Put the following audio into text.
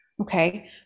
Okay